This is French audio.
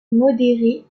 modéré